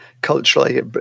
Culturally